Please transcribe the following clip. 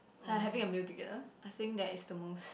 like having a meal together I think that it's the most